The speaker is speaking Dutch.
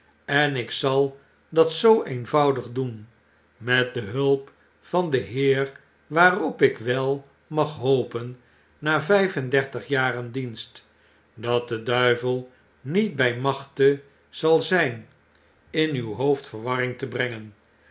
en ik zal dat zoo eenvoudig doen met de hulp van den heer waarop ik wel maghopen na vyf en dertig jaar dienst dat de duivel niet by machte zal zijn in uw hoofd verwarring te brengen